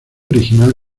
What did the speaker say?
original